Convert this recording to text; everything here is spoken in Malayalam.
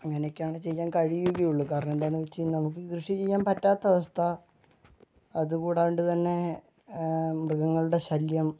അങ്ങനെയൊക്കെയാണ് ചെയ്യാൻ കഴിയുകയുള്ളു കാരണം എന്താന്ന് വെച്ച് കഴിഞ്ഞാൽ നമുക്ക് കൃഷി ചെയ്യാൻ പറ്റാത്ത അവസ്ഥ അതുകൂടാണ്ട് തന്നെ മൃഗങ്ങളുടെ ശല്യം